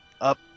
up